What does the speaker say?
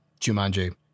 Jumanji